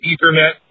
Ethernet